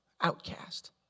outcast